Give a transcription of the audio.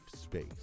space